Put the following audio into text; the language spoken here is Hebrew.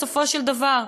בסופו של דבר,